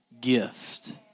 gift